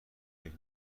فکر